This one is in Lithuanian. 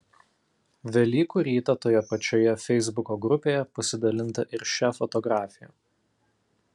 velykų rytą toje pačioje feisbuko grupėje pasidalinta ir šia fotografija